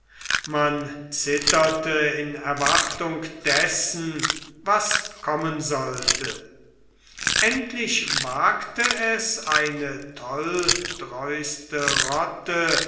man zitterte in erwartung dessen was kommen sollte endlich wagt es eine tolldreiste rotte